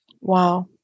Wow